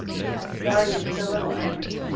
i am sorry it is so little, ernest.